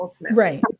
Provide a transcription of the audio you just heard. right